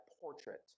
portrait